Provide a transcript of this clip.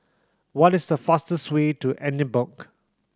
what is the fastest way to Edinburgh